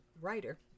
writer